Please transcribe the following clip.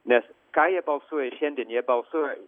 nes ką jie balsuoja šiandien jie balsuoja